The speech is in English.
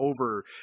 over